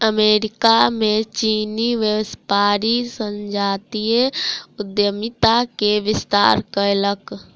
America में चीनी व्यापारी संजातीय उद्यमिता के विस्तार कयलक